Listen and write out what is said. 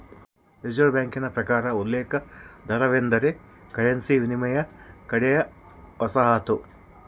reserve ಬ್ಯಾಂಕಿನ ಪ್ರಕಾರ ಉಲ್ಲೇಖ ದರವೆಂದರೆ ಕರೆನ್ಸಿ ವಿನಿಮಯದ ಕಡೆಯ ವಸಾಹತು